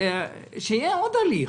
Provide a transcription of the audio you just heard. שיהיה עוד הליך,